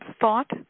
thought